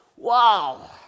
Wow